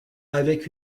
avec